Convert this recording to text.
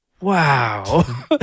wow